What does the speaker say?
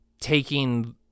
taking